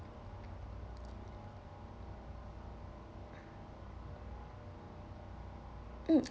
mm